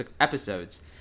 episodes